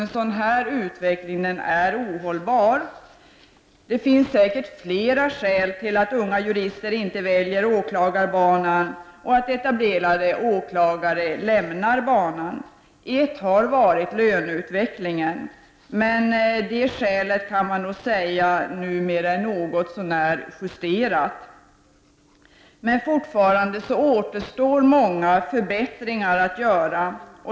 En sådan utveckling är ohållbar. Det finns säkert flera skäl till att unga jurister inte väljer åklagarbanan och till att etablerade åklagare lämnar banan. Ett har varit löneutvecklingen. Men detta skäl kan man nog säga numera är något så när justerat. Fortfarande återstår dock många förbättringar att göra.